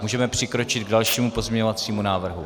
Můžeme přikročit k dalšímu pozměňovacímu návrhu.